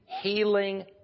healing